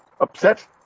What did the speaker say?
upset